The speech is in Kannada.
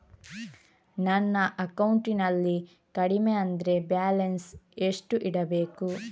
ನನ್ನ ಅಕೌಂಟಿನಲ್ಲಿ ಕಡಿಮೆ ಅಂದ್ರೆ ಬ್ಯಾಲೆನ್ಸ್ ಎಷ್ಟು ಇಡಬೇಕು?